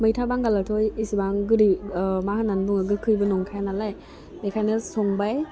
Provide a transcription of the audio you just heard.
मैथा बांगालाथ' एसेबां गोदै मा होननानै बुङो गोखैबो नंखाया नालाय बेखायनो संबाय